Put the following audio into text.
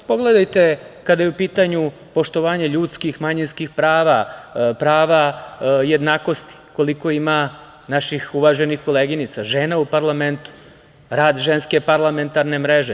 Pogledajte, kada je u pitanju poštovanje ljudskih, manjinskih prava, prava jednakosti, koliko ima naših uvaženih koleginica, žena u parlamentu, rad Ženske parlamentarne mreže.